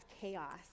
chaos